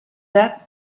that